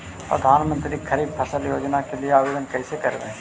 प्रधानमंत्री खारिफ फ़सल योजना के लिए आवेदन कैसे करबइ?